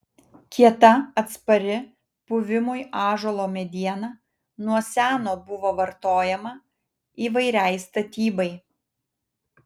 kieta atspari puvimui ąžuolo mediena nuo seno buvo vartojama įvairiai statybai